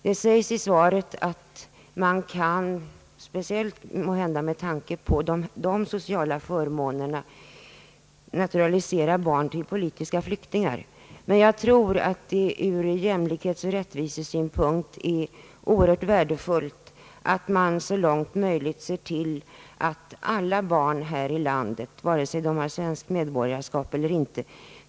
Det sägs i sva ret att man — måhända speciellt med tanke på de nu nämnda sociala förmånerna — kan naturalisera barn till po litiska flyktingar. Jag tror emellertid att det ur jämlikhetsoch rättvisesynpunkt är oerhört värdefullt om man så snart som möjligt kan se till att alla barn tillförsäkras exakt samma förmåner, vare sig de är svenska medborgare eller inte.